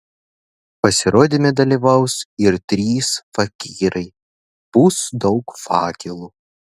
pasirodyme dalyvaus ir trys fakyrai bus daug fakelų